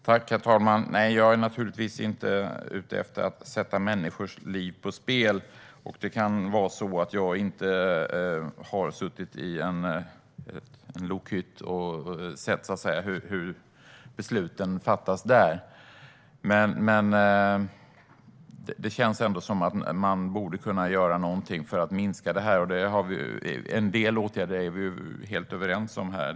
Herr talman! Jag är naturligtvis inte ute efter att sätta människors liv på spel. Det kan vara så att jag inte har suttit i en lokhytt och sett hur besluten fattas där. Men det känns ändå som att man borde kunna göra någonting för att minska detta. En del åtgärder är vi helt överens om.